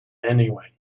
anyway